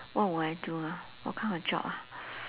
what would I do ah what kind of job ah